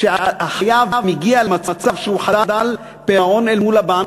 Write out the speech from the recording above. כשהחייב מגיע למצב שהוא חדל פירעון אל מול הבנק,